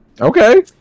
Okay